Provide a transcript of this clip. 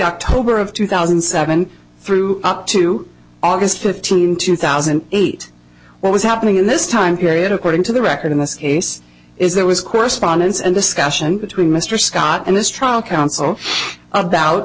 october of two thousand and seven through up to august fifteenth two thousand and eight what was happening in this time period according to the record in this case is there was correspondence and discussion between mr scott and this trial counsel about